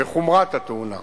וחומרת התאונה,